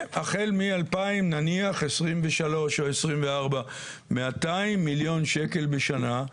והחל מ-2023 או 2024, 200 מיליון שקלים בשנה.